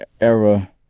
era